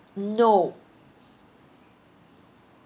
no